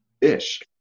ish